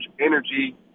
energy